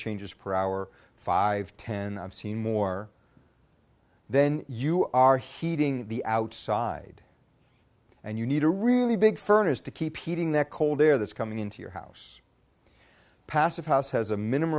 change is per hour five ten i've seen more then you are heating the outside and you need a really big furnace to keep eating that cold air that's coming into your house passive house has a minimum